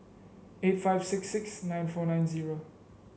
eight five six six nine four nine zero